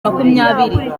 makumyabiri